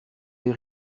les